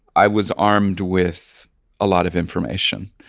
i was armed with a lot of information.